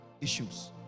issues